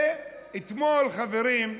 אתמול, חברים,